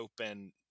open